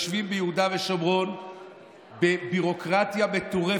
יש מעל 400,000 מתיישבים שיושבים ביהודה ושומרון בביורוקרטיה מטורפת,